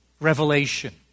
revelation